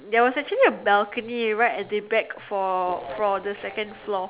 there was actually a balcony right at the back for for the second floor